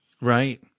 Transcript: Right